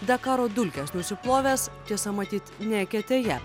dakaro dulkes nusiplovęs tiesa matyt ne eketėje